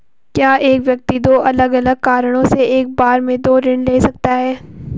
क्या एक व्यक्ति दो अलग अलग कारणों से एक बार में दो ऋण ले सकता है?